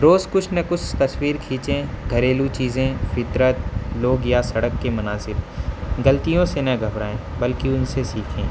روز کچھ نہ کچھ تصویر کھینچیں گھریلو چیزیں فطرت لوگ یا سڑک کے مناظر غلطیوں سے نہ گھبرائیں بلکہ ان سے سیکھیں